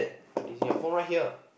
I lazy your phone right here